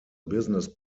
business